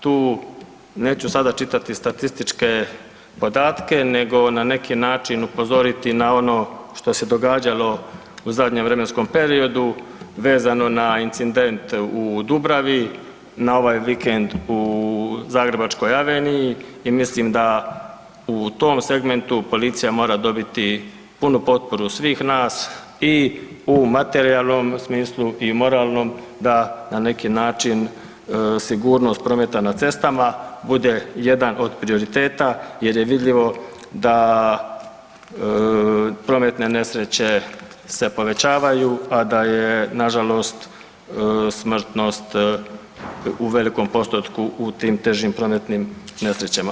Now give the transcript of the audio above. Tu neću sada čitati statističke podatke nego na neki način upozoriti na ono što se događalo u zadnjem vremenskom periodu vezano na incident u Dubravi i na ovaj vikend u Zagrebačkoj aveniji i mislim da u tom segmentu policija mora dobiti punu potporu svih nas i u materijalnom smislu i moralnom da na neki način sigurnost prometa na cestama bude jedan od prioriteta jer je vidljivo da prometne nesreće se povećavaju, a da je nažalost smrtnost u velikom postotku u tim težim prometnim nesrećama.